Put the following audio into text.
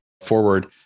forward